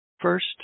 First